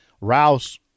Rouse